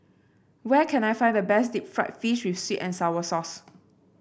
where can I find the best Deep Fried Fish with sweet and sour sauce